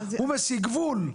הוא מסיג גבול,